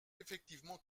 effectivement